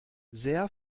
sehr